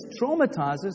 traumatizes